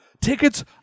Tickets